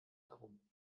herum